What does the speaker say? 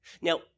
Now